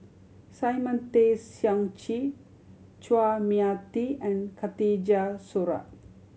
Simon Tay Seong Chee Chua Mia Tee and Khatijah Surattee